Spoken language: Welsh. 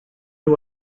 nhw